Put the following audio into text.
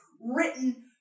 written